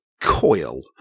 Coil